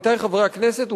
עמיתי חברי הכנסת,